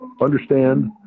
understand